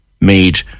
made